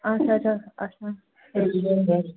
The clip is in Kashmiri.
آچھا آچھا اچھا